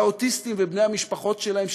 והאוטיסטים ובני המשפחות שלהם,